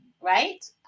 right